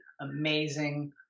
amazing